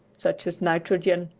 such as nitrogen,